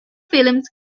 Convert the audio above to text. films